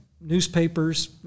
newspapers